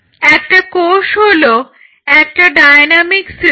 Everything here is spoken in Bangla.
একটা কোষ হলো একটা ডায়নামিক সিস্টেম